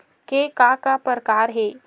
के का का प्रकार हे?